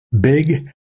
big